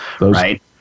right